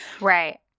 Right